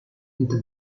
into